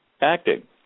acting